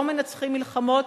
לא מנצחים מלחמות,